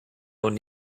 would